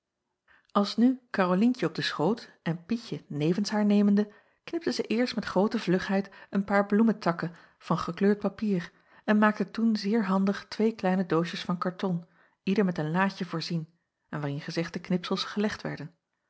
gevorderd alsnu karolientje op den schoot en pietje nevens haar nemende knipte zij eerst met groote vlugheid een paar bloemtakken van gekleurd papier en maakte toen zeer handig twee kleine doosjes van karton ieder met een laadje voorzien en waarin gezegde knipsels gelegd werden